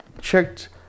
checked